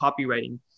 copywriting